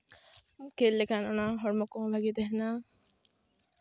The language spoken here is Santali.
ᱠᱷᱮᱞ ᱞᱮᱠᱷᱟᱱ ᱚᱱᱟ ᱦᱚᱲᱢᱚ ᱠᱚ ᱵᱷᱟᱜᱮ ᱛᱟᱦᱮᱱᱟ